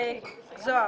הכנסת זוהר,